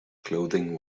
clothing